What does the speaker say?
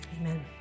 Amen